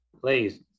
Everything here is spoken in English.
please